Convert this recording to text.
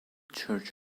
church